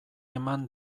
eman